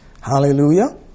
Hallelujah